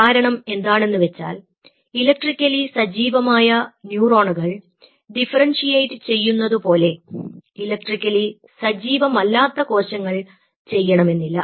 കാരണം എന്താണെന്ന് വെച്ചാൽ ഇലക്ട്രിക്കലി സജീവമായ ന്യൂറോണുകൾ ഡിഫറെൻഷിയേറ്റ് ചെയ്യുന്നതുപോലെ ഇലക്ട്രിക്കലി സജീവമല്ലാത്ത കോശങ്ങൾ ചെയ്യണമെന്നില്ല